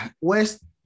West